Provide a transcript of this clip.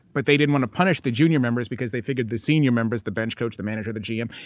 but they didn't want to punish the junior members because they figured the senior members, the bench coach, the manager, the gm,